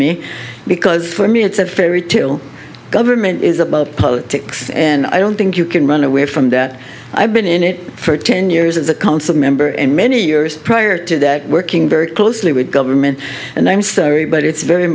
me because for me it's a fairy tale government is above politics and i don't think you can run away from that i've been in it for ten years as a council member and many years prior to that working very closely with government and i'm sorry but it's very